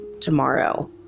tomorrow